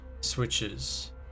switches